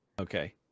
Okay